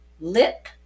lip